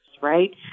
right